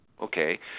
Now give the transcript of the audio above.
Okay